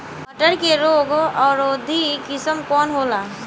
मटर के रोग अवरोधी किस्म कौन होला?